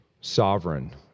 sovereign